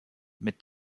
mit